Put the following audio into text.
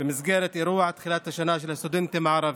במסגרת אירוע תחילת השנה של הסטודנטים הערבים,